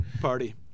party